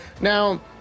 Now